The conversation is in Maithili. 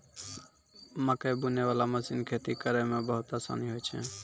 मकैइ बुनै बाला मशीन खेती करै मे बहुत आसानी होय छै